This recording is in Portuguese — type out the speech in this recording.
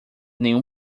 nenhum